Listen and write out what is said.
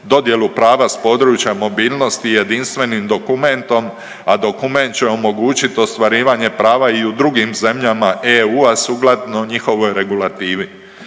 dodjelu prava s područja mobilnosti jedinstvenim dokumentom, a dokument će omogućiti ostvarivanje prava i u drugim zemljama EU-a sukladno njihovoj regulativi.